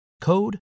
code